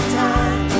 time